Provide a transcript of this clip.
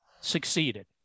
succeeded